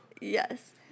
Yes